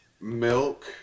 Milk